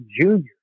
Junior